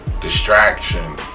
Distraction